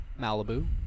Malibu